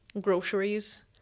groceries